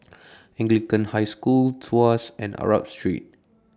Anglican High School Tuas and Arab Street